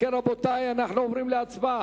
אם כן, רבותי, אנחנו עוברים להצבעה.